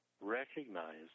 recognize